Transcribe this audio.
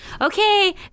Okay